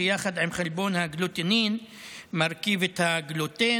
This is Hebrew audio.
שיחד עם החלבון גלוטנין מרכיב את הגלוטן,